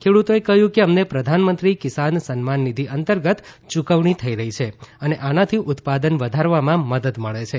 ખેડૂતોએ કહ્યું કે અમને પ્રધાનમંત્રી કિસાન સન્માન નિધિ અંતર્ગત યૂકવણી થઇ રહી છે અને અને આનાથી ઉત્પાદન વધારવામાં મદદ મળે છે